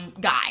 guy